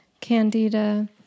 candida